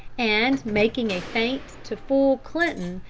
and, making a feint to fool clinton,